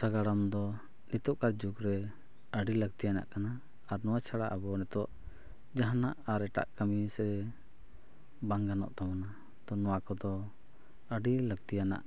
ᱥᱟᱜᱟᱲᱚᱢ ᱫᱚ ᱱᱤᱛᱚᱜᱼᱟᱜ ᱡᱩᱜᱽ ᱨᱮ ᱟᱹᱰᱤ ᱞᱟᱹᱠᱛᱤᱭᱟᱱᱟᱜ ᱠᱟᱱᱟ ᱟᱨ ᱱᱚᱣᱟ ᱪᱷᱟᱲᱟ ᱟᱵᱚ ᱱᱤᱛᱚᱜ ᱡᱟᱦᱟᱱᱟᱜ ᱟᱨ ᱮᱴᱟᱜ ᱠᱟᱹᱢᱤ ᱥᱮ ᱵᱟᱝ ᱜᱟᱱᱚᱜ ᱛᱟᱵᱚᱱᱟ ᱛᱳ ᱱᱚᱣᱟ ᱠᱚᱫᱚ ᱟᱹᱰᱤ ᱞᱟᱹᱠᱛᱤᱭᱟᱱᱟᱜ